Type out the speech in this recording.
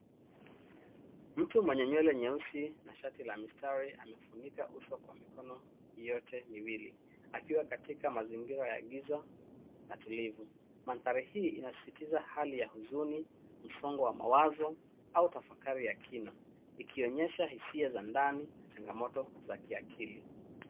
Mtu mwenye nywele nyeusi na shati la mistari amefunika uso kwa mikono yote miwili akiwa katika mazingira ya giza na tulivu. Mandhari hii inasisitiza hali ya huzuni, msongo wa mawazo au tafakari ya kina, ikionyesha hisia za ndani na changamoto za kiakili.